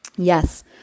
Yes